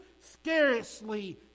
scarcely